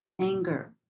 anger